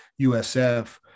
USF